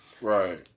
Right